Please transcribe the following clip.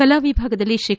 ಕಲಾವಿಭಾಗದಲ್ಲಿ ಶೇ